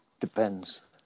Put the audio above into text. Depends